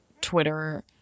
Twitter